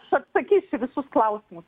aš atsakysiu visus klausimus